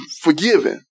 forgiven